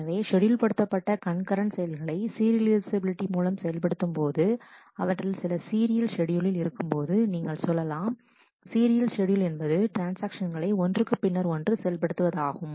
எனவே ஷெட்யூல்ப்படுத்தப்பட்ட கண்கரண்ட் செயல்களை சீரியலைஃசபிலிட்டி மூலம் செயல்படுத்தும்போது அவற்றில் சில சீரியல் ஷெட்யூலில் இருக்கும்போது நீங்கள் சொல்லலாம் சீரியல் ஷெட்யூல் என்பது ட்ரான்ஸ்ஆக்ஷன்களை ஒன்றுக்கு பின்னர் ஒன்று செயல்படுத்துவது ஆகும்